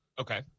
Okay